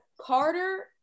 Carter